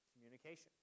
communication